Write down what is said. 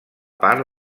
part